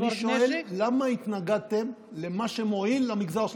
אני שואל למה התנגדתם למה שמועיל למגזר שלכם?